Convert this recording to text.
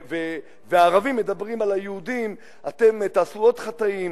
והערבים מדברים על היהודים: אתם תעשו עוד חטאים,